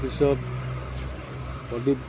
পিছত